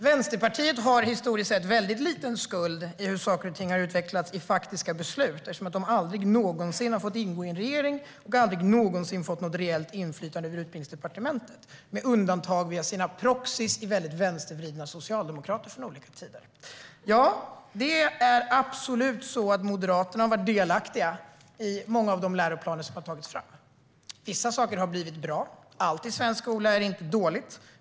Vänsterpartiet har historiskt sett väldigt liten skuld i hur saker och ting har utvecklats i faktiska beslut eftersom de aldrig någonsin har fått ingå i en regering och aldrig någonsin fått något reellt inflytande över Utbildningsdepartementet - undantaget via sina proxies i väldigt vänstervridna socialdemokrater från olika tider. Det är absolut så att Moderaterna har varit delaktiga i många av de läroplaner som har tagits fram. Vissa saker har blivit bra. Allt i svensk skola är inte dåligt.